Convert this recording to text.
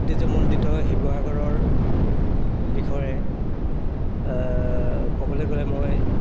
ঐতিহ্যমণ্ডিত শিৱসাগৰৰৰ বিষয়ে ক'বলৈ গ'লে মই